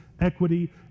equity